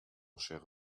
cher